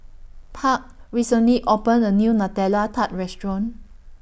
Park recently opened A New Nutella Tart Restaurant